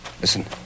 Listen